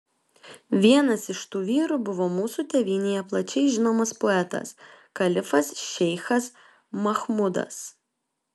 vienas iš tų vyrų buvo mūsų tėvynėje plačiai žinomas poetas kalifas šeichas machmudas